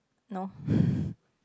no